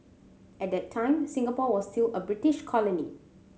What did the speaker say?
at that time Singapore was still a British colony